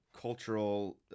cultural